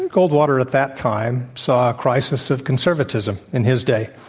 and goldwater at that time saw a crisis of conservatism in his day.